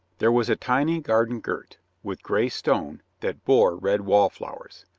there was a tiny garden girt with gray stone that bore red wallflowers,